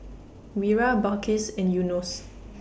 Wira Balqis and Yunos